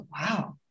wow